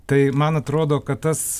tai man atrodo kad tas